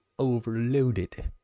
overloaded